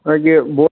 ꯅꯣꯏꯒꯤ